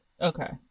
Okay